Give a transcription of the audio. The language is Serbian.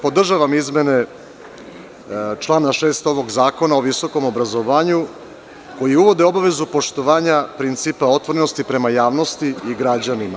Podržavam izmene člana 6. ovog Zakona o visokom obrazovanju, koji uvodi obavezu poštovanja principa otvorenosti prema javnosti i građanima.